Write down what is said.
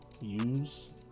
use